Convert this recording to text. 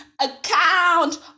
account